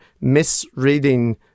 misreading